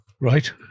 Right